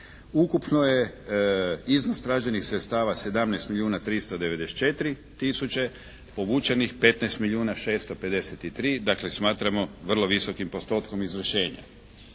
ukupno je iznos traženih sredstava 17 milijuna 394 tisuće, povučenih 15 milijuna 653, dakle smatramo vrlo visokim postotkom izvršenja.